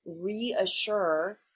reassure